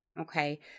Okay